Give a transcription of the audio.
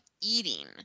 eating